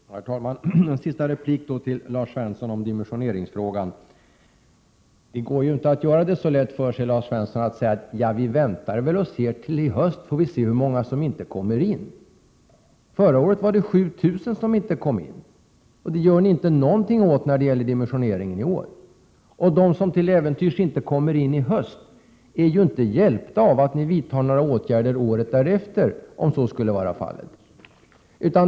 Herr talman! En sista replik till Lars Svensson i dimensioneringsfrågan: Det går inte att göra det så lätt för sig att man säger: Vi väntar väl till hösten och ser hur många som inte kommer in. Förra året var det 7 000 som inte kom in! Det gör ni ingenting åt i fråga om dimensioneringen i år. Och de som till äventyrs inte kommer in i höst är inte hjälpta av att ni vidtar åtgärder året därefter, om ni skulle göra det.